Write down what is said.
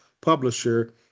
publisher